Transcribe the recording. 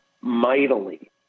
mightily